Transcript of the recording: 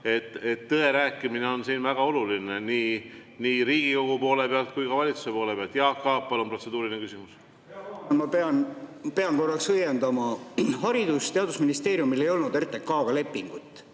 Tõe rääkimine on siin väga oluline nii Riigikogu poole pealt kui ka valitsuse poole pealt. Jaak Aab, palun, protseduuriline küsimus! Ma pean korraks õiendama. Haridus‑ ja Teadusministeeriumil ei olnud RTK‑ga lepingut,